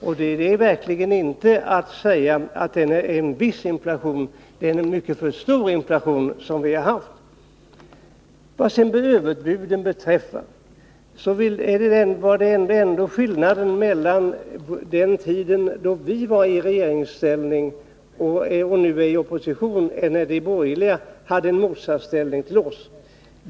Då kan man verkligen inte påstå att vi har haft en viss inflation, utan det är fråga om en mycket för stark inflation. Vad sedan överbuden beträffar är det ändå skillnad mellan den tid då vi var i regeringsställning och de borgerliga i opposition och nu, när ställningen är den motsatta.